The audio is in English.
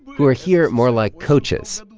who are here more like coaches.